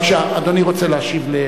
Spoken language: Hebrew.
בבקשה, אדוני רוצה להשיב.